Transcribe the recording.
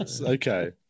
Okay